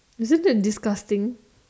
isn't that disgusting